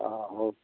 ହଁ ହଉ